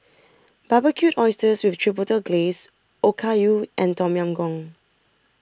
Barbecued Oysters with Chipotle Glaze Okayu and Tom Yam Goong